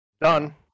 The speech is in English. Done